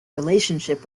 relationship